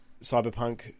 Cyberpunk